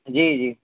جی جی